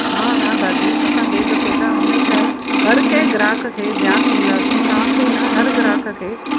हा हा दादी असां ॿिए दफ़े खां हमेशह हर कंहिं ग्राहक खे ध्यानु ॾींदासीं तव्हांखे ई न हर ग्राहक खे